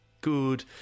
good